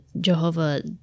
Jehovah